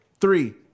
Three